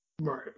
Right